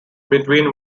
between